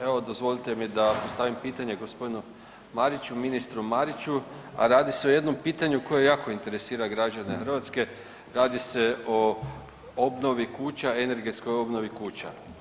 Evo dozvolite mi da postavim pitanje g. Mariću, ministru Mariću, a radi se o jednom pitanju koje jako interesira građane Hrvatske, radi se o obnovi kuća, energetskoj obnovi kuća.